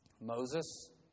Moses